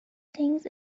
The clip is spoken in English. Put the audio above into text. things